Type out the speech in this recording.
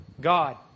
God